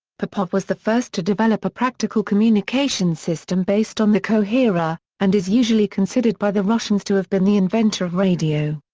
popov was the first to develop a practical communication system based on the coherer, and is usually considered by the russians to have been the inventor of radio.